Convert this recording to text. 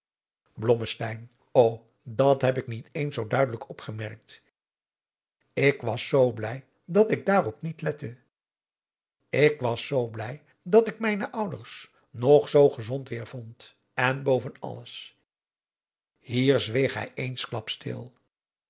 dat heb ik niet eens zoo duidelijk opgemerkt ik was zoo blij dat ik daarop niet lette ik was zoo blij dat ik mijne ouders nog zoo gezond weêr vond en boven alles hier zweeg